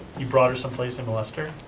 you brought her some place and molested her?